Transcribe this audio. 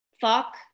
fuck